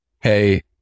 Hey